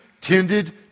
tended